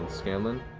scanlan?